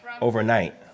overnight